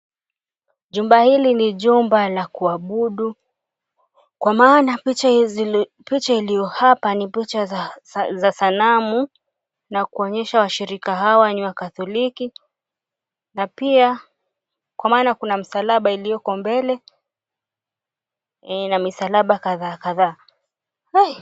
Jumba hili ni jumba la kuabudu, kwa maana picha iliyo hapa ni picha za sanamu na kuonyesha washirika hawa ni Wakatholiki, na pia kwa maana kuna msalaba iliyoko mbele na misalaba kadhaa kadhaa.